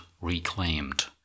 reclaimed